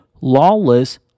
lawless